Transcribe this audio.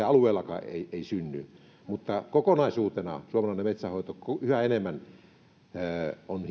alueellekaan ei synny hiilinielua mutta kokonaisuutena suomalainen metsänhoito yhä enemmän on